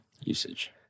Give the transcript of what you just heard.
usage